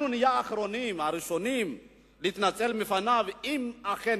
אנחנו נהיה הראשונים להתנצל בפניו אם אכן